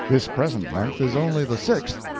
this present month is only the sixth,